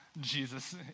Jesus